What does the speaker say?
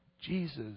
Jesus